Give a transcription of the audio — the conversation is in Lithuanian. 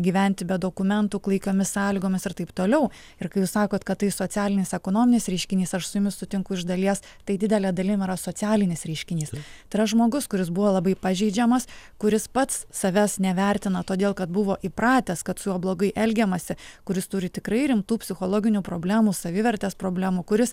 gyventi be dokumentų klaikiomis sąlygomis ir taip toliau ir kai jūs sakot kad tai socialinis ekonominis reiškinys aš su jumis sutinku iš dalies tai didele dalim yra socialinis reiškinys tai yra žmogus kuris buvo labai pažeidžiamas kuris pats savęs nevertino todėl kad buvo įpratęs kad su juo blogai elgiamasi kuris turi tikrai rimtų psichologinių problemų savivertės problemų kuris